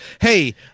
Hey